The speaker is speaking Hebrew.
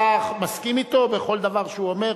אתה מסכים אתו בכל דבר שהוא אומר?